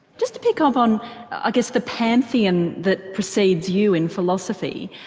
just to pick up on i guess the pantheon that proceeds you in philosophy,